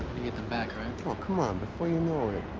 get them back, right? oh, come on. before you know it.